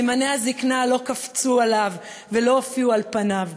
סימני הזיקנה לא קפצו עליו ולא הופיעו על פניו,